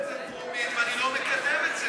תאשר את זה בטרומית ואני לא מקדם את זה.